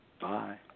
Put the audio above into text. Bye